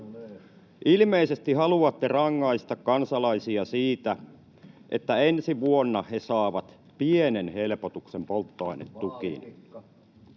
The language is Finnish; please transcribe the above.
Ilmeisesti haluatte rangaista kansalaisia siitä, että ensi vuonna he saavat pienen helpotuksen polttoainetukiin.